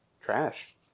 trash